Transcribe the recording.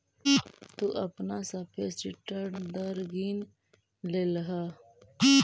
तु अपना सापेक्ष रिटर्न दर गिन लेलह